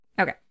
Okay